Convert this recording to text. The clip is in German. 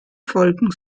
folgen